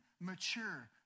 mature